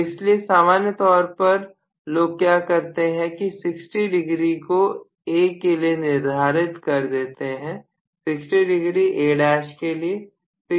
तो इसलिए सामान्य तौर पर लोग क्या करते हैं कि 60 डिग्री को A के लिए निर्धारित कर देते हैं 60 डिग्री A' के लिए